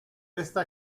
esta